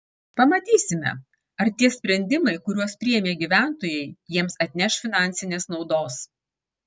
pamatysime ar tie sprendimai kuriuos priėmė gyventojai jiems atneš finansinės naudos